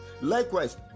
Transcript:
Likewise